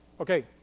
Okay